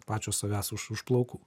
pačio savęs už už plaukų